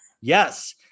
Yes